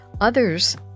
Others